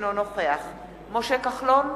אינו נוכח משה כחלון,